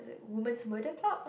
women's murder talk